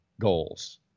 goals